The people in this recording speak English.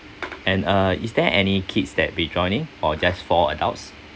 and uh is there any kids that be joining or just four adults